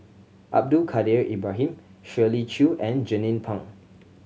Abdul Kadir Ibrahim Shirley Chew and Jernnine Pang